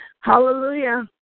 Hallelujah